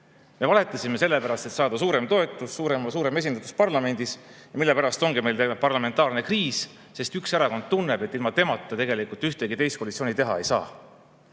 Me valetasime sellepärast, et saada suurem toetus, suurem esindatus parlamendis. Selle pärast ongi meil parlamentaarne kriis, sest üks erakond tunneb, et ilma temata tegelikult ühtegi teist koalitsiooni teha ei saa.